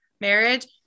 marriage